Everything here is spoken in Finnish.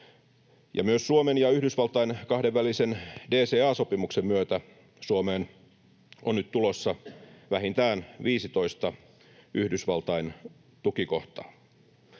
Myös Suomen ja Yhdysvaltain kahdenvälisen DCA-sopimuksen myötä Suomeen on nyt tulossa vähintään 15 Yhdysvaltain tukikohtaa,